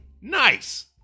Nice